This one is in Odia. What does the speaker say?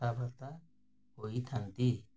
କଥାବାର୍ତ୍ତା ହୋଇଥାନ୍ତି